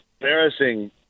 embarrassing